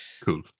Cool